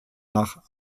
nach